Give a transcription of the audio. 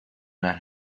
las